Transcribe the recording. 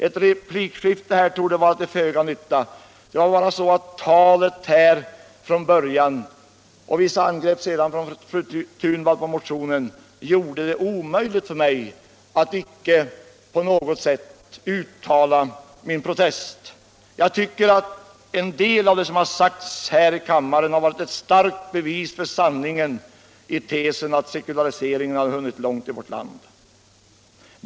Ett replikskifte torde vara till föga nytta. Herr Lundgrens tal i början av debatten och vissa angrepp från fru Thunvall på motionen gjorde det omöjligt för mig att icke på något sätt uttala min protest. Jag tycker att en del av det som har sagts här i kammaren har varit 2tt starkt bevis för sanningen i tesen att sekulariseringen har hunnit långt i vårt land.